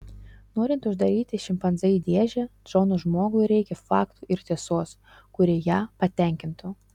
norint uždaryti šimpanzę į dėžę džono žmogui reikia faktų ir tiesos kurie ją patenkintų